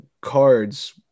cards –